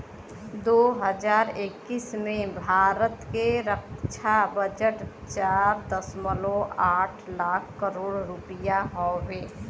दू हज़ार इक्कीस में भारत के रक्छा बजट चार दशमलव आठ लाख करोड़ रुपिया हउवे